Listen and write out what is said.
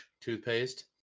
toothpaste